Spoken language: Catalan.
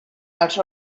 als